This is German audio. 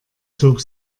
zog